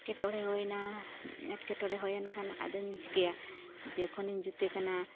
ᱮᱴᱠᱮᱴᱚᱬᱮ ᱦᱩᱭᱮᱱᱟ ᱮᱴᱠᱮᱴᱚᱬᱮ ᱦᱩᱭᱮᱱ ᱠᱷᱟᱱ ᱟᱫᱚᱧ ᱪᱤᱠᱟᱹᱭᱟ ᱡᱮᱠᱚᱷᱚᱱᱤᱧ ᱡᱩᱛᱮ ᱠᱟᱱᱟ